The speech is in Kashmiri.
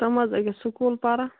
تِم حظ اَکہِ سکوٗل پَران